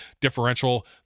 differential